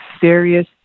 serious